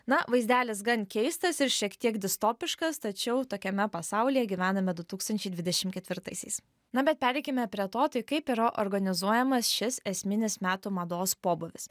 na vaizdelis gan keistas ir šiek tiek distopiškas tačiau tokiame pasaulyje gyvename du tūkstančiai dvidešimt ketvirtaisiais na bet pereikime prie to tai kaip yra organizuojamas šis esminis metų mados pobūvis